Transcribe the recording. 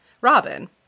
Robin